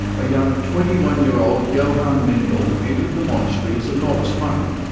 a young twenty one year old johann mendel entered the monastery as a novice monk,